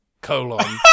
colon